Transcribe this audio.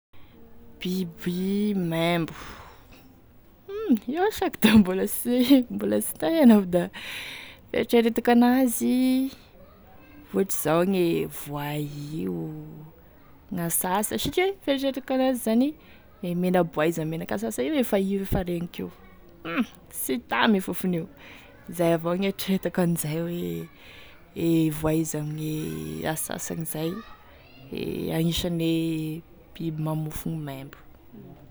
Biby maimbo iaho saky da mbola sy mbola sy taheno aho fa da gne fieritreretako an'azy ohatry zao gne voay io gn'ansansa satria fieritreretako an'azy e menaboay izy ame menak'ansansa io efa regniky io, hum sy tamy e fofon'io, izay avao gn'eritreretiko an'izay hoe e voay izy ame gn'ansansagn' izay e agnisany e biby mamofogny maimbo.